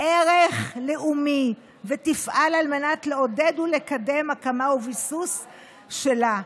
ערך לאומי ותפעל על מנת לעודד ולקדם הקמה וביסוס שלה.